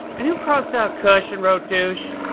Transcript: and who crossed out kush and wrote douche?